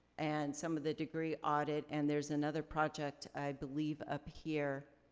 and some of the degree audit and there's another project i believe up here,